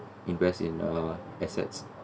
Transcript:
invest in uh assets